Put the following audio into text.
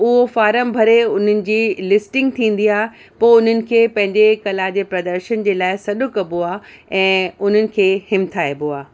उहो फारम भरे उन्हनि जी लिस्टिंग थींदी आहे पोइ उन्हनि खे पंहिंजे कला जे प्रदर्शन जे लाइ सॾु कबो आहे ऐं उन्हनि खे हिमथाइबो आहे